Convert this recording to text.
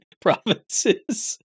provinces